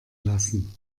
lassen